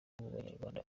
banyarwanda